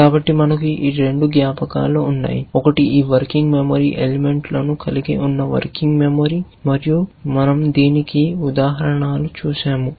కాబట్టి మనకు ఈ రెండు జ్ఞాపకాలు ఉన్నాయి ఒకటి ఈ వర్కింగ్ మెమరీ ఎలిమెంట్లను కలిగి ఉన్న వర్కింగ్ మెమరీ మరియు మనం దీనికి ఉదాహరణలు చూశాము